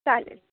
चालेल